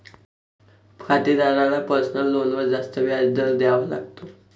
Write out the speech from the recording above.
खातेदाराला पर्सनल लोनवर जास्त व्याज दर द्यावा लागतो